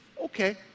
Okay